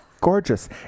Gorgeous